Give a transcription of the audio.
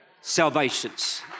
Salvations